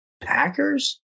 Packers